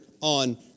on